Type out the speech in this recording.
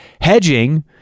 hedging